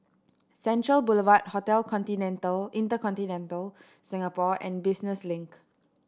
Central Boulevard Hotel Continental InterContinental Singapore and Business Link